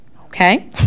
Okay